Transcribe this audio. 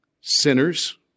Sinners